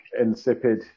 insipid